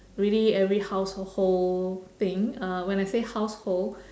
really every household thing uh when I say household